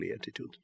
attitude